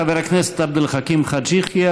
חבר הכנסת עבד אל חכים חאג' יחיא,